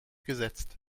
gesetzt